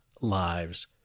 lives